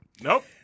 Nope